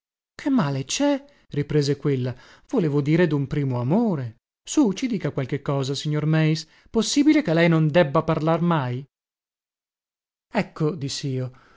che male cè riprese quella volevo dire dun primo amore sù ci dica qualche cosa signor meis possibile che lei non debba parlar mai ecco dissi